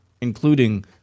including